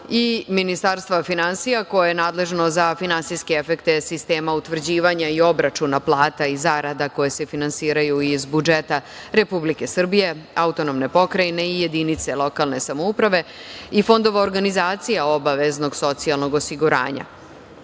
i Ministarstva finansija, koje je nadležno za finansijske efekte sistema utvrđivanja i obračuna plata i zarada koje se finansiraju iz budžeta Republike Srbije, autonomne pokrajine i jedinice lokalne samouprave i fondova organizacija obaveznog socijalnog osiguranja